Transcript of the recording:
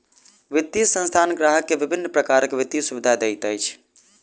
वित्तीय संस्थान ग्राहक के विभिन्न प्रकारक वित्तीय सुविधा दैत अछि